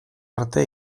arte